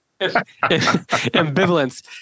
Ambivalence